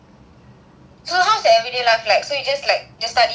so how is your everyday life like so you just like just study mug everyday